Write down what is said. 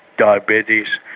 diabetes,